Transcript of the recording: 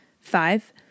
Five